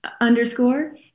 Underscore